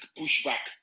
pushback